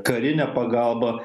karinė pagalba